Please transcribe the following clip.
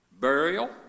burial